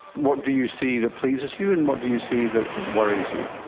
what do you see that pleases you and what do you see that worries you?